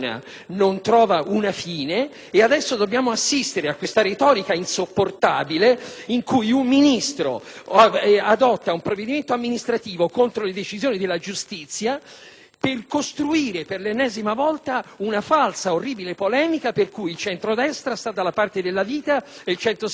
questa retorica insopportabile per cui un Ministro adotta un provvedimento amministrativo contro le decisioni della giustizia per costruire, per l'ennesima volta, una falsa e orribile polemica per cui il centrodestra sta dalla parte della vita e il centrosinistra dalla parte della morte. Sono allibito, costernato e avvilito